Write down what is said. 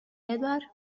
edward